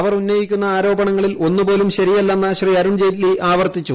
അവർ ഉന്നയിക്കുന്ന ആരോപണങ്ങളിൽ ഒന്നുപോലും ശരിയല്ലെന്ന് ശ്രീ അരുൺ ജെയ്റ്റ്ലി ആവർത്തിച്ചു